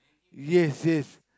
yes yes